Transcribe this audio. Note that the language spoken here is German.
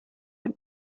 dem